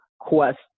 quest